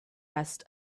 rest